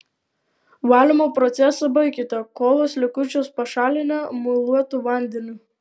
valymo procesą baikite kolos likučius pašalinę muiluotu vandeniu